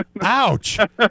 ouch